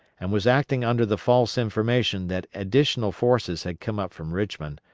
and was acting under the false information that additional forces had come up from richmond,